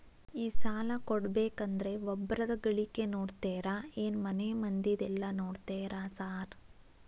ಈ ಸಾಲ ಕೊಡ್ಬೇಕಂದ್ರೆ ಒಬ್ರದ ಗಳಿಕೆ ನೋಡ್ತೇರಾ ಏನ್ ಮನೆ ಮಂದಿದೆಲ್ಲ ನೋಡ್ತೇರಾ ಸಾರ್?